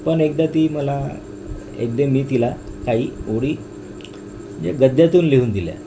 पण एकदा ती मला एकदा मी तिला काही ओळी जे गद्यातून लिहून दिल्या